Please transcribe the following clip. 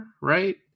right